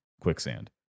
quicksand